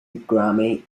grammy